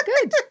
Good